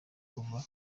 kuva